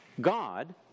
God